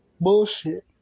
bullshit